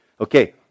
okay